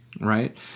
Right